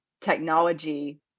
technology